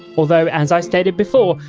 although as i stated before,